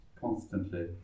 constantly